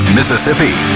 Mississippi